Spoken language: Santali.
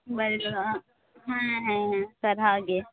ᱵᱟᱭ ᱜᱟᱱᱚ ᱟ ᱦᱚᱸ ᱦᱚᱸ ᱦᱚᱸ ᱥᱟᱨᱦᱟᱣ ᱜᱮ